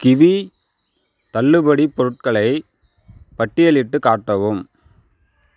kiwi தள்ளுபடி பொருட்களை பட்டியலிட்டுக் காட்டவும்